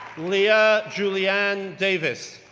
lea ah juliann davis,